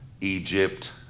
Egypt